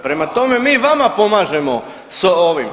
Prema tome, mi vama pomažemo s ovim.